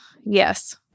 Yes